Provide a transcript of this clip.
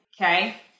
Okay